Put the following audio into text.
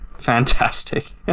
fantastic